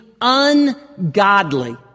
ungodly